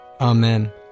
Amen